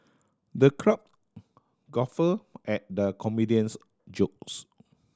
the crowd guffawed at the comedian's jokes